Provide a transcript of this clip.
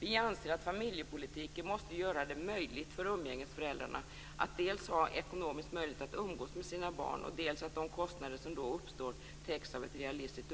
Vi anser att familjepolitiken måste göra det möjligt för umgängesföräldrarna att dels ha ekonomisk möjlighet att umgås med sina barn, dels att de kostnader som då uppstår täcks av ett realistiskt